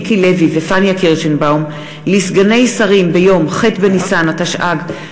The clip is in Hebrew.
מיקי לוי ופניה קירשנבאום לסגני שרים ביום ח' בניסן התשע"ג,